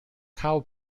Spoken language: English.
cow